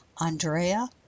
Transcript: Andrea